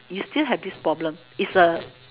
you still have this problem is a